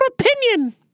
opinion